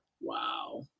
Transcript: Wow